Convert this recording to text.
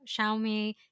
Xiaomi